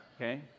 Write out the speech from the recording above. Okay